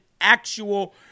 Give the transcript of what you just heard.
actual